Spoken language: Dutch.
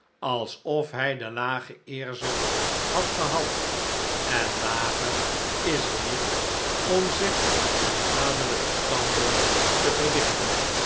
alsof hij de lage eerzucht had gehad en lager is er niet om zich een adellijken stamboom te verdichten